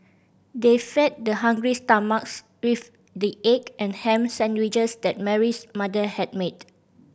they fed their hungry stomachs with the egg and ham sandwiches that Mary's mother had made